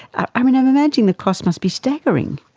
i'm i'm imagining the cost must be staggering.